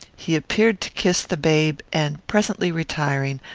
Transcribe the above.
he appeared to kiss the babe, and, presently retiring,